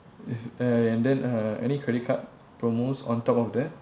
and then uh any credit card promos on top of that